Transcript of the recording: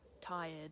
tired